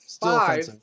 five